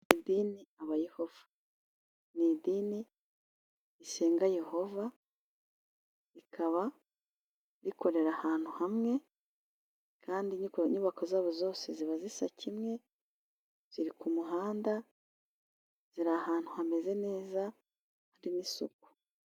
Idini yaba yehova n'idini risenga yehova rikaba rikorera ahantu hamwe, kandi niko inyubako, zabo zose ziba zisa kimwe ziri ku muhanda ziri ahantu hameze neza harimo isuku.